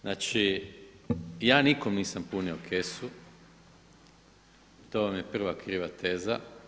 Znači ja nikom nisam punio kesu, to vam je prva kriva teza.